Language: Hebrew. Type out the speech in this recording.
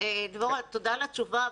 דבורה, תודה עבור התשובה.